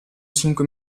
cinque